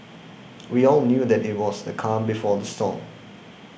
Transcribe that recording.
we all knew that it was the calm before the storm